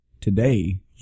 Today